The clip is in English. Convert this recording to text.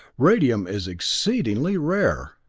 radium is exceedingly rare!